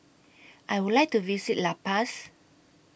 I Would like to visit La Paz